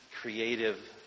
creative